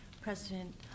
President